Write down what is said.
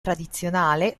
tradizionale